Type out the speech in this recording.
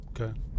Okay